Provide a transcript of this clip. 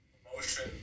emotion